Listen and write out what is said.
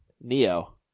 Neo